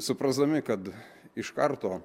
suprasdami kad iš karto